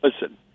Listen